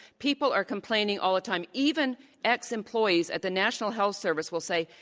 people are complaining all the time, even ex-employees at the national health service will say,